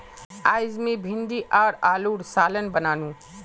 अयेज मी भिंडी आर आलूर सालं बनानु